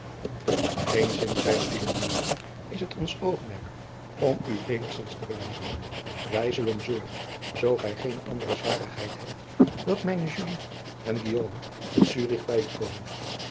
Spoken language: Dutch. geenszins zeide villeneuve is ons oogmerk om u eenigzins te belemmeren wij zullen zoradriaan loosjes pzn het leven van maurits lijnslager gen zoo gij geene andere zwarigheid hebt dat mijne julie en guillaume te zurich bij u komen